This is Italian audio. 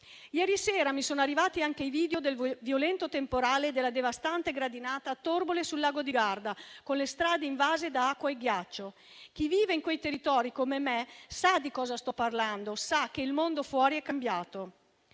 Ieri sera mi sono arrivati anche i video del violento temporale e della devastante gradinata a Torbole sul lago di Garda, con le strade invase da acqua e ghiaccio. Chi vive in quei territori come me sa di cosa sto parlando. Sa che il mondo fuori è cambiato.